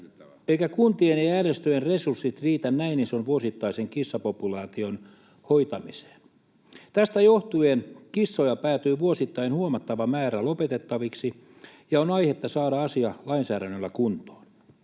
eivätkä kuntien ja järjestöjen resurssit riitä näin ison vuosittaisen kissapopulaation hoitamiseen. Tästä johtuen kissoja päätyy vuosittain huomattava määrä lopetettaviksi, ja on aihetta saada asia lainsäädännöllä kuntoon.